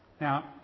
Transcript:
Now